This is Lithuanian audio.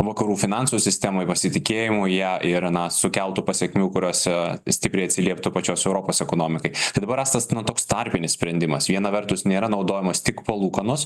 vakarų finansų sistemai pasitikėjimu ja ir na sukeltų pasekmių kurios a stipriai atsilieptų pačios europos ekonomikai tai dabar rastas toks tarpinis sprendimas viena vertus nėra naudojamos tik palūkanos